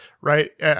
right